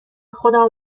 خودمو